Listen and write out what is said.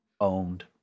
Owned